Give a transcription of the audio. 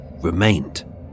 remained